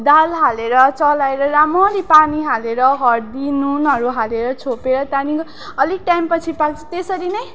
दाल हालेर चलाएर रामरी पानी हालेर हर्दी नुनहरू हालेर छोपेर त्यहाँदेखिको अलिक टाइमपछि पाक्छ त्यसरी नै